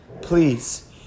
please